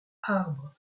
arbres